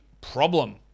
problem